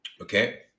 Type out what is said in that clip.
Okay